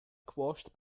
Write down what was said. quashed